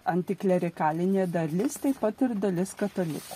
antiklerikalinė dalis taip pat ir dalis katalikų